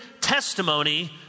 testimony